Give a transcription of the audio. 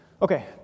Okay